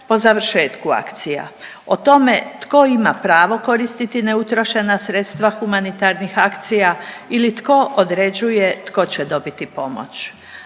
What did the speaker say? po završetku akcija. O tome tko ima pravo koristiti neutrošena sredstva humanitarnih akcija ili tko određuje tko će dobiti pomoć.